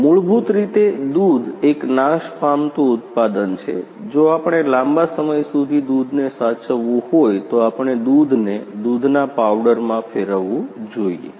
મૂળભૂત રીતે દૂધ એક નાશ પામતું ઉત્પાદન છે જો આપણે લાંબા સમય સુધી દૂધને સાચવવું હોય તો આપણે દૂધને દૂધના પાવડરમાં ફેરવવું જોઈએ